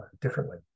differently